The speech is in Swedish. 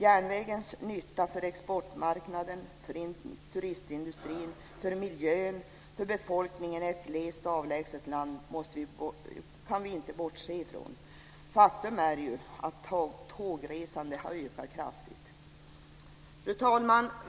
Järnvägens nytta för exportmarknaden, för turistindustrin, för miljön och för befolkningen i ett glest och avlägset land kan vi inte bortse ifrån. Faktum är att tågresandet har ökat kraftigt. Fru talman!